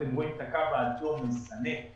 אתם רואים את הקו האדום חשמל,